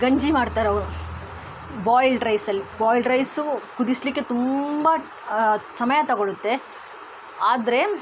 ಗಂಜಿ ಮಾಡ್ತಾರೆ ಅವರು ಬಾಯಿಲ್ಡ್ ರೈಸಲ್ಲಿ ಬಾಯಿಲ್ಡ್ ರೈಸು ಕುದಿಸಲಿಕ್ಕೆ ತುಂಬ ಸಮಯ ತೊಗೊಳುತ್ತೆ ಆದರೆ